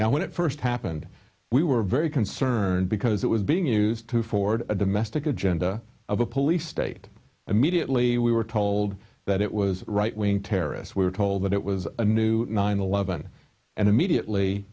now when it first happened we were very concerned because it was being used to forward a domestic agenda of a police state immediately we were told that it was a right wing terrorist we were told that it was a new nine eleven and immediately